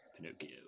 Pinocchio